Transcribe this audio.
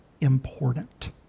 important